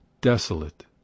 desolate